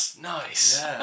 Nice